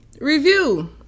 review